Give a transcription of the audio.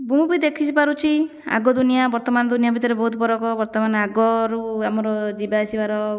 ମୁଁ ବି ଦେଖିପାରୁଛି ଆଗ ଦୁନିଆ ବର୍ତ୍ତମାନ ଦୁନିଆ ଭିତରେ ବହୁତ ଫରକ୍ ବର୍ତ୍ତମାନ ଆଗରୁ ଆମର ଯିବାଆସିବାର